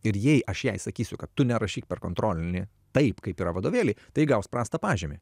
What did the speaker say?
ir jei aš jai sakysiu kad tu nerašyk per kontrolinį taip kaip yra vadovėly tai gaus prastą pažymį